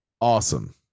awesome